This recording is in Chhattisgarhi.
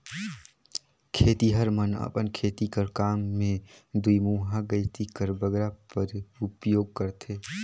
खेतिहर मन अपन खेती कर काम मे दुईमुहा गइती कर बगरा उपियोग करथे